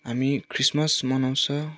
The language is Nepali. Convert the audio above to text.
हामी क्रिसमस मनाउँछ